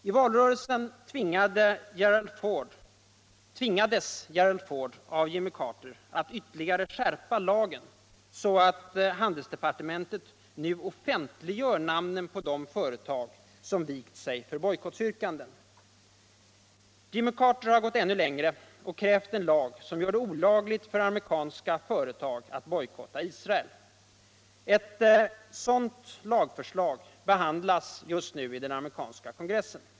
I valrörelsen tvingades Gerald Ford av Jimmy Carter att ytterligare skärpa lagen, så att handelsdepartementet nu offentliggör namnen på de företag som vikt sig för bojkottyrkanden. Jimmy Carter har gått ännu längre och krävt en lag. som gör det olagligt för amerikanska företag att bojkotta Isracl. Eut sådant lagförstag behandlas just nu i den amerikanska kongressen.